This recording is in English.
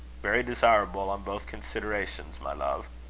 very desirable on both considerations, my love.